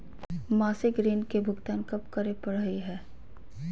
मासिक ऋण के भुगतान कब करै परही हे?